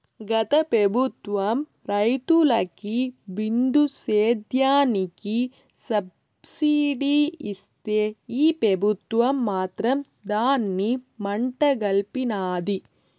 గత పెబుత్వం రైతులకి బిందు సేద్యానికి సబ్సిడీ ఇస్తే ఈ పెబుత్వం మాత్రం దాన్ని మంట గల్పినాది